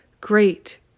great